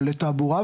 לתעבורה,